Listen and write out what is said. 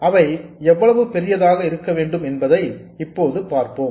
அவை எவ்வளவு பெரியதாக இருக்க வேண்டும் என்பதை இப்போது பார்ப்போம்